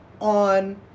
on